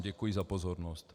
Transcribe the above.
Děkuji za pozornost.